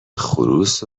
خروس